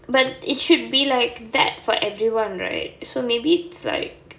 but it should be like that for everyone right so maybe it's like